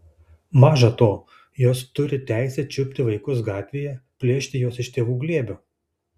maža to jos turi teisę čiupti vaikus gatvėje plėšti juos iš tėvų glėbio